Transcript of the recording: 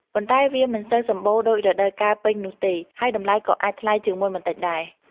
ប៉ុន្តែវាមិនសូវសម្បូរដូចរដូវកាលពេញនោះទេ ហើយតម្លៃក៏អាចថ្លៃជាងមុនបន្តិចដែរ។